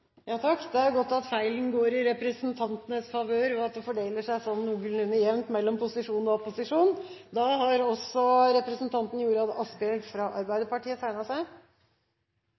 Det er godt at feilen går i representantenes favør, og at den fordeler seg noenlunde jevnt mellom posisjon og opposisjon. Det har